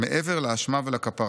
'מעבר לאשמה ולכפרה'